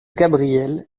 gabriel